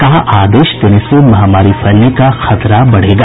कहा आदेश देने से महामारी फैलने का खतरा बढ़ेगा